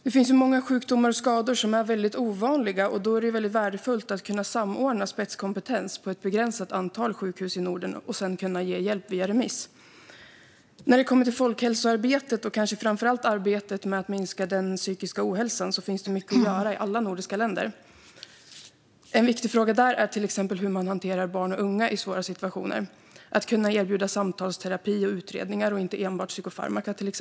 Det finns ju många sjukdomar och skador som är väldigt ovanliga, och då är det värdefullt att kunna samordna spetskompetens på ett begränsat antal sjukhus i Norden och sedan kunna ge hjälp via remiss. När det kommer till folkhälsoarbetet, och kanske framför allt arbetet med att minska den psykiska ohälsan, finns det mycket att göra i alla nordiska länder. En viktig fråga där är hur man hanterar barn och unga i svåra situationer, att till exempel kunna erbjuda samtalsterapi och utredningar och inte enbart psykofarmaka.